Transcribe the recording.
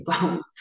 goals